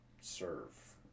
serve